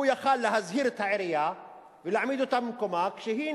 הוא יכול היה להזהיר את העירייה ולהעמיד אותה במקומה כשהיא,